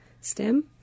stem